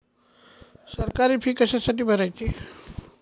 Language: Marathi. सरकारी फी कशासाठी भरायची